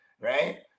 Right